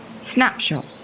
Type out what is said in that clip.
Snapshot